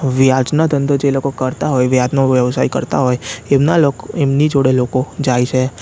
વ્યાજનો ધંધો જે લોકો કરતાં હોય વ્યાજનો વ્યવસાય કરતાં હોય એમની જોડે લોકો જાય છે